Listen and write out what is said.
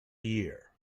year